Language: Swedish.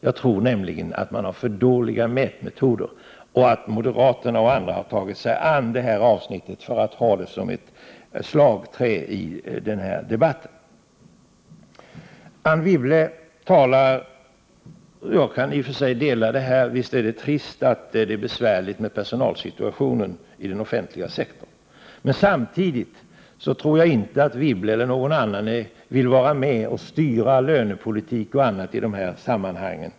Jag tror nämligen att man har för dåliga mätmetoder och att moderaterna och andra partier har tagit sig an detta avsnitt för att ha det som slagträ i denna debatt. Anne Wibble, visst är det trist med personalsituationen inom den 155 Prot. 1988/89:129 offentliga sektorn. Jag kan i och för sig dela den åsikten. Samtidigt tror jag inte att Anne Wibble eller någon annan vill vara med och styra lönepolitiken i det sammanhanget.